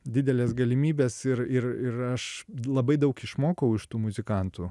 dideles galimybes ir ir ir aš labai daug išmokau iš tų muzikantų